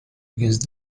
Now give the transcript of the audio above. against